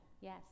Yes